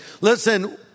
Listen